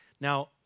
Now